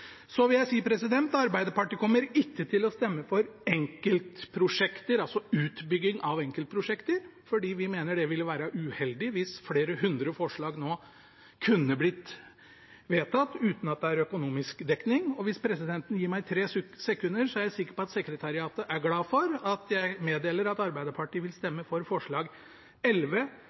Så vil jeg si at Arbeiderpartiet ikke kommer til å stemme for utbygging av enkeltprosjekter, fordi vi mener det ville være uheldig hvis flere hundre forslag nå kunne blitt vedtatt uten at det er økonomisk dekning. Hvis presidenten gir meg tre sekunder, er jeg sikker på at sekretariatet er glad for at jeg meddeler at Arbeiderpartiet vil stemme for